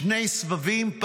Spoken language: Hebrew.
שני סבבים,